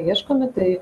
ieškomi tai